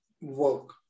work